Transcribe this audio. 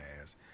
ass